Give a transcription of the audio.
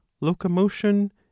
locomotion